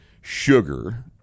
sugar